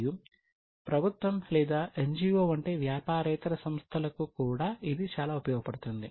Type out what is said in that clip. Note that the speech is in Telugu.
మరియు ప్రభుత్వం లేదా ఎన్జిఓ వంటి వ్యాపారేతర సంస్థలకు కూడా ఇది చాలా ఉపయోగపడుతుంది